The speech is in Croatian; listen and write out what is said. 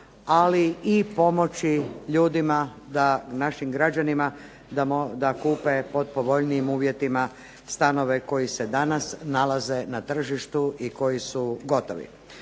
ali i pomoći ljudima da našim građanima da kupe pod povoljnijim uvjetima stanove koji se danas nalaze na tržištu i koji su gotovi.